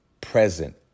present